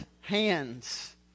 hands